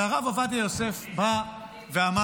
הרב עובדיה יוסף בא ואמר: